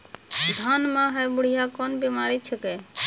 धान म है बुढ़िया कोन बिमारी छेकै?